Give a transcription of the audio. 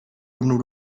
rovnou